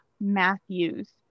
matthews